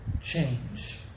change